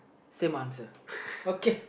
same answer okay